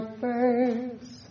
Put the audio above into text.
face